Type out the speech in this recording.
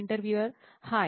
interviewer hi